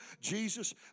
Jesus